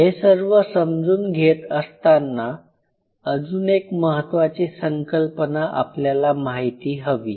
हे सर्व समजून घेत असताना अजून एक महत्त्वाची संकल्पना आपल्याला माहिती हवी